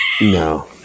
no